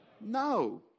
No